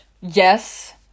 Yes